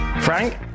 Frank